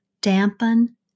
dampen